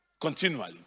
continually